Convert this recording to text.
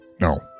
No